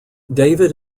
david